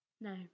No